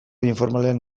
informalean